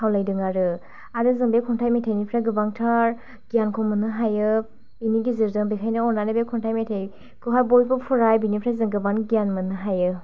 खावलायदों आरो आरो जों बे खन्थाइ मेथाइनिफ्राय गोबांथार गियानखौ मोननो हायो बेनि गेजेरजों बेखायनो अन्नानै बे खन्थाइ मेथाइखौहाय बयबो फराय बेनिफ्राय जों गोबां गियान मोननो हायो